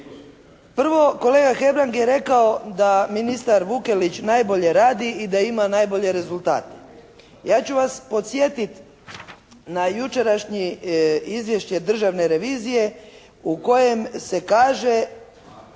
Prvo, kolega Hebrang je rekao da ministar Vukelić najbolje radi i da ima najbolje rezultate. Ja ću vas podsjetiti na jučerašnje izvješće Državne revizije u kojem se kaže